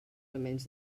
almenys